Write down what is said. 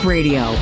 Radio